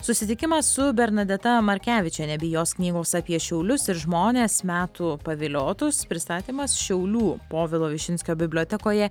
susitikimas su bernadeta markevičiene bei jos knygos apie šiaulius ir žmones metų paviliotus pristatymas šiaulių povilo višinskio bibliotekoje